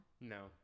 No